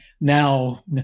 now